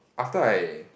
after I